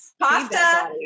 pasta